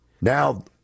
Now